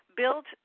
built